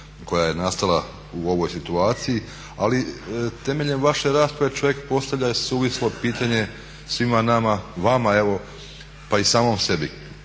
koja je nastala u ovoj situaciji, ali temeljem vaše rasprave čovjek postavlja suvislo pitanje svima nama, vama evo pa i samom sebi.